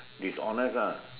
dishonest ah